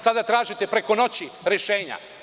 Sada tražite preko noći rešenja.